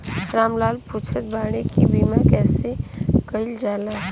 राम लाल पुछत बाड़े की बीमा कैसे कईल जाला?